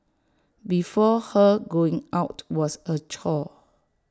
before her going out was A chore